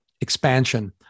expansion